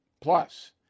Plus